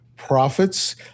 Profits